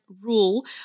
rule